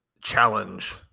challenge